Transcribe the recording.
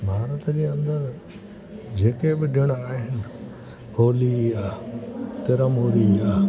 भारत जे अंदरि जेके बि ॾिण आहिनि होली आहे तीर मूरी आहे